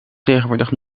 tegenwoordig